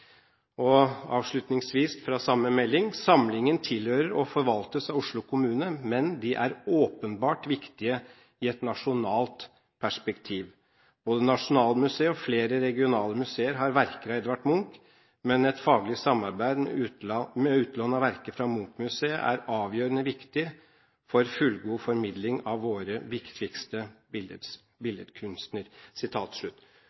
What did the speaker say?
kunstarena». Avslutningsvis, fra samme melding: «Samlingene tilhører og forvaltes av Oslo kommune, men de er åpenbart viktige i et nasjonalt perspektiv. Både Nasjonalmuseet og flere regionale museer har verker av Edvard Munch, men et faglig samarbeid med utlån av verker fra Munch-museet er avgjørende viktig for fullgod formidling av vår viktigste